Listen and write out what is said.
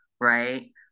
right